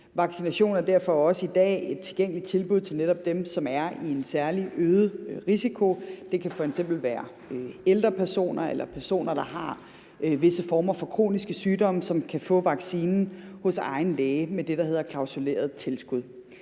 Vaccination er derfor også i dag et tilgængeligt tilbud til netop dem, som er i særlig øget risiko. Det kan f.eks. være ældre personer, eller personer, der har visse former for kroniske sygdomme, som kan få vaccinen hos egen læge med det, der hedder et klausuleret tilskud.